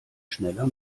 schneller